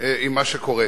עם מה שקורה.